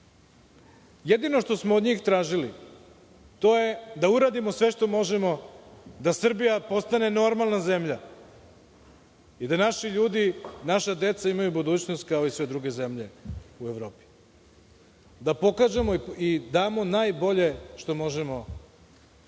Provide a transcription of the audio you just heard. Jedino što smo od njih tražili, to je da uradimo sve što možemo, da Srbija postane normalna zemlja i da naši ljudi, naša deca imaju budućnost kao i sve druge zemlje u Evropi, da pokažemo i damo najbolje što možemo od